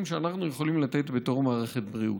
שאנחנו יכולים לתת בתור מערכת בריאות.